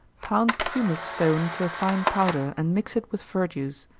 pound pumice stone to a fine powder, and mix it with verjuice.